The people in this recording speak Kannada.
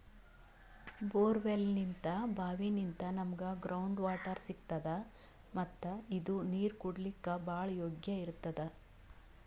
ಬೋರ್ವೆಲ್ನಿಂತ್ ಭಾವಿನಿಂತ್ ನಮ್ಗ್ ಗ್ರೌಂಡ್ ವಾಟರ್ ಸಿಗ್ತದ ಮತ್ತ್ ಇದು ನೀರ್ ಕುಡ್ಲಿಕ್ಕ್ ಭಾಳ್ ಯೋಗ್ಯ್ ಇರ್ತದ್